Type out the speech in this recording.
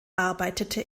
arbeitete